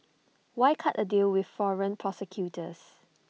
why cut A deal with foreign prosecutors